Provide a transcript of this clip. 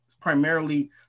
primarily